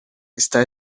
está